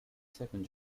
second